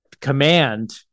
command